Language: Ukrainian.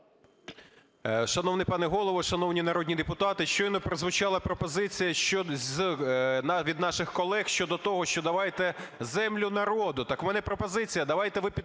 Шановний пане Голово, шановні народні депутати! Щойно прозвучала пропозиція він наших колег щодо того, що давайте землю народу. Так у мене пропозиція. Давайте ви підтримаєте